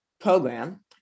program